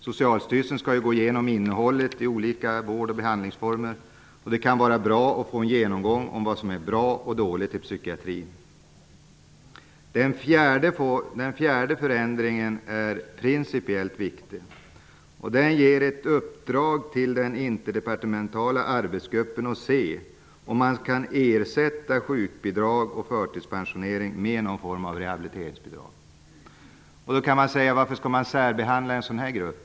Socialstyrelsen skall ju gå igenom innehållet i olika vård och behandlingsformer. Det kan därför vara bra att få en genomgång av vad som är bra och vad som är dåligt i psykiatrin. Den fjärde punkten gäller en förändring som är principiellt viktig. Ett uppdrag ges nämligen till den interdepartementala arbetsgruppen för att se om man kan ersätta sjukbidrag och förtidspensionering med någon form av rehabiliteringsbidrag. Då kan man fråga sig: Varför skall man särbehandla en sådan här grupp?